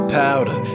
powder